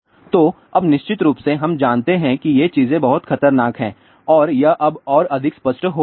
तो अब निश्चित रूप से हम जानते हैं कि ये चीजें बहुत खतरनाक हैं और यह अब और अधिक स्पष्ट हो रहा है